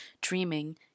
Dreaming